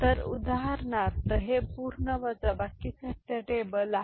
तर उदाहरणार्थ हे पूर्ण वजाबाकी सत्य टेबल ठीक आहे